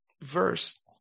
verse